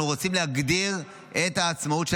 אנחנו רוצים להגדיר את העצמאות של